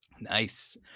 Nice